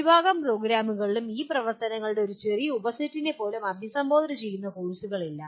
ഭൂരിഭാഗം പ്രോഗ്രാമുകളിലും ഈ പ്രവർത്തനങ്ങളുടെ ഒരു ചെറിയ ഉപസെറ്റിനെ പോലും അഭിസംബോധന ചെയ്യുന്ന കോഴ്സുകൾ ഇല്ല